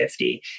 50